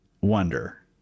wonder